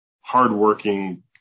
hardworking